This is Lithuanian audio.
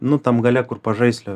nu tam gale kur pažaislio